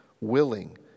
willing